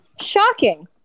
Shocking